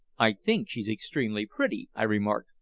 i think she's extremely pretty, i remarked,